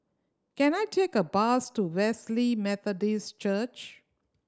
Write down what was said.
can I take a bus to Wesley Methodist Church